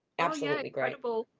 absolutely great. but